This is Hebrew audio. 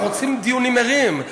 אנחנו רוצים דיונים ערים.